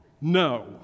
no